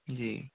जी